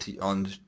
on